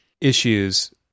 issues